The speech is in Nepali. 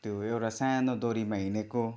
त्यो एउटा सानो डोरीमा हिँडेको